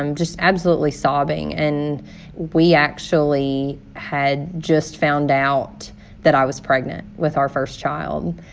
um just absolutely sobbing. and we actually had just found out that i was pregnant with our first child.